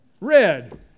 Red